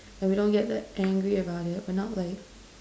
and we don't get that angry about it we are not like